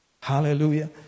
Hallelujah